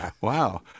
Wow